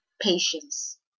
patience